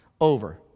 over